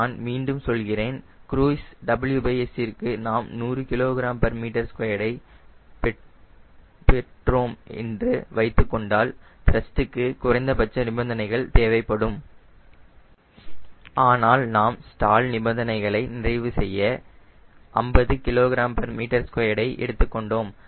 நான் மீண்டும் சொல்கிறேன் க்ரூய்ஸ் WS ற்கு நாம் 100 kgm2 ஐ பெறுகிறோம் என வைத்துக்கொண்டால் த்ரஸ்ட் க்கு குறைந்தபட்ச நிபந்தனைகள் தேவைப்படும் ஆனால் நாம் ஸ்டால் நிபந்தனைகளை நிறைவு செய்ய 50 kgm2 ஐ எடுத்துக் கொண்டோம்